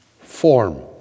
form